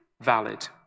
valid